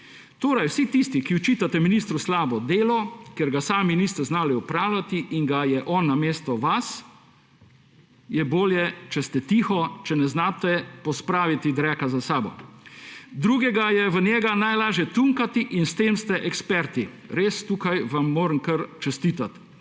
znanja. Vsi tisti, ki očitate ministru slabo delo, ker ga sami niste znali opravljati in ga je on namesto vas, je bolje, če ste tiho, če ne znate pospraviti dreka za sabo. Drugega je v njega najlažje tunkati in v tem ste eksperti, res, tukaj vam moram kar čestitati.